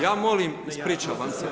Ja molim, ispričavam se.